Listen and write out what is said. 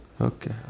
okay